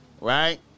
right